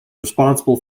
responsible